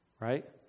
Right